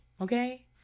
okay